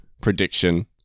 prediction